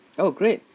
oh great